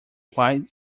quite